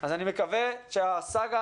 אני מקווה שהסאגה